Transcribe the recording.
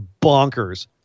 bonkers